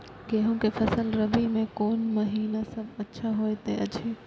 गेहूँ के फसल रबि मे कोन महिना सब अच्छा होयत अछि?